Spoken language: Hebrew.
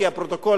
כי הפרוטוקול,